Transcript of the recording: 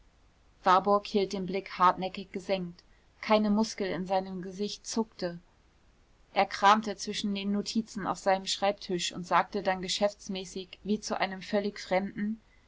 warburg hielt den blick hartnäckig gesenkt keine muskel in seinem gesicht zuckte er kramte zwischen den notizen auf seinem schreibtisch und sagte dann geschäftsmäßig wie zu einem völlig fremden